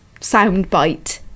soundbite